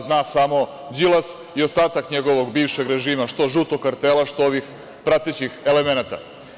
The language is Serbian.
Zna samo Đilas i ostatak njegovog bivšeg režima, što žutog kartela, što ovih pratećih elemenata.